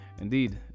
indeed